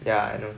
yeah I know